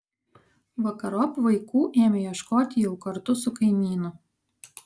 vakarop vaikų ėmė ieškoti jau kartu su kaimynu